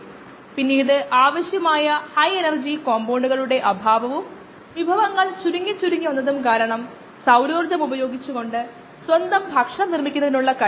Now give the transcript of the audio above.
അതായത് നമ്മുടെ ജീവികൾ മാത്രം വളരുകയും താൽപ്പര്യമുള്ള ഉൽപന്നം ഉത്പാദിപ്പിക്കുകയും ചെയ്യണമെന്ന് നമ്മൾ ആഗ്രഹിക്കുന്നു അതിനാൽ സാധാരണയുള്ള മറ്റ് എല്ലാ ജീവജാലങ്ങളെയും നാം ഒഴിവാക്കണം